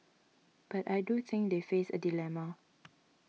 but I do think they face a dilemma